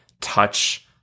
touch